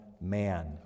man